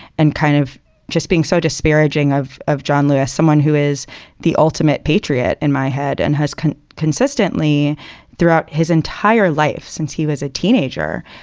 and kind of just being so disparaging of of john lewis, someone who is the ultimate patriot in my head and has consistently throughout his entire life since he was a teenager,